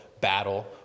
battle